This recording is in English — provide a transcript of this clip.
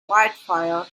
wildfire